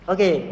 Okay